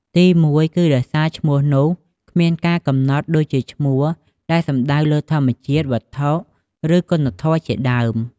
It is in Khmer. ទីមួយគឺដោយសារឈ្មោះនោះគ្មានការកំណត់ ដូចជាឈ្មោះដែលសំដៅលើធម្មជាតិ វត្ថុ ឬ គុណធម៌ជាដើម។